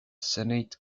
senate